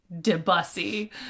Debussy